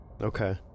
Okay